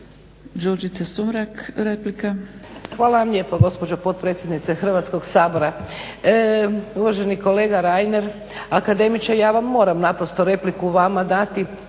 Hvala vam lijepo gospođo potpredsjednice Hrvatskog sabora. Uvaženi kolega Reiner akademiče ja moram naprosto repliku vama dati